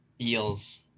eels